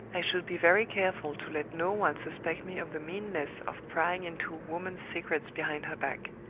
i should be very careful to let no one suspect me of the meanness of prying into a woman's secrets behind her back.